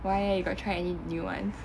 why you got try any new ones